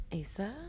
Asa